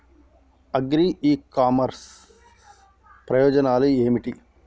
Agri e commerce ప్రయోజనాలు ఏమిటి?